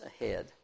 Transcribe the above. ahead